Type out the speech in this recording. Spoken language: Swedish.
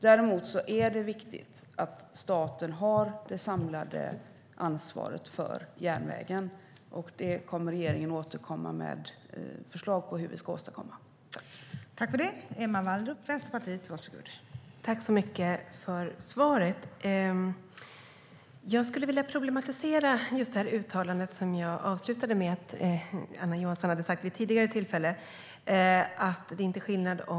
Däremot är det viktigt att staten har det samlade ansvaret för järnvägen, och regeringen kommer att återkomma med förslag på hur vi ska åstadkomma detta.